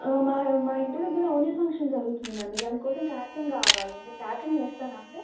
మా మా ఇంటి దగ్గర వోణి ఫంక్షన్ జరుగుతుందండి దానికోసం క్యాటరింగ్ కావాలి మీరు క్యాటరింగ్ చేస్తారా అండి